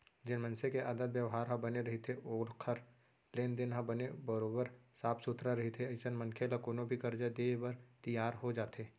जेन मनसे के आदत बेवहार ह बने रहिथे ओखर लेन देन ह बने बरोबर साफ सुथरा रहिथे अइसन मनखे ल कोनो भी करजा देय बर तियार हो जाथे